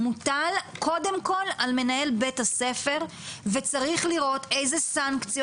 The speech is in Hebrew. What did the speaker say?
מוטל קודם כל על מנהל בית-הספר וצריך לראות איזה סנקציות